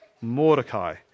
Mordecai